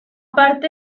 parte